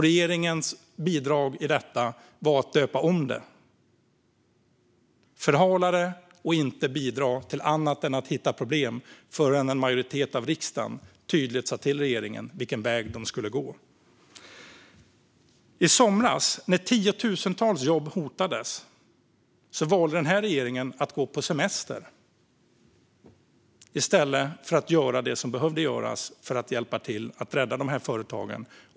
Regeringens bidrag var att döpa om det, förhala det och inte bidra till annat än att hitta problem förrän en majoritet av riksdagen tydligt sa till regeringen vilken väg man skulle gå. I somras, när tiotusentals jobb hotades, valde regeringen att gå på semester i stället för att göra det som behövdes för att hjälpa till att rädda företagen.